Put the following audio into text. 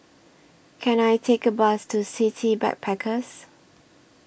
Can I Take A Bus to City Backpackers